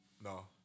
No